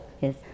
Yes